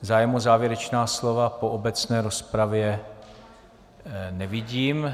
Zájem o závěrečná slova po obecné rozpravě nevidím.